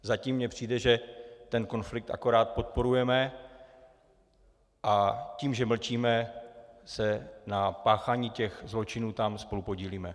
Zatím mně přijde, že ten konflikt akorát podporujeme, a tím, že mlčíme, se na páchání těch zločinů tam spolupodílime.